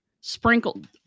sprinkled